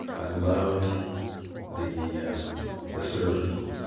i loved the um the service.